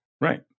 Right